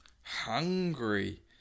hungry